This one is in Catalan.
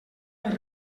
les